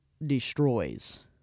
destroys